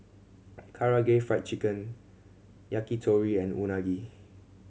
Karaage Fried Chicken Yakitori and Unagi